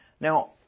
Now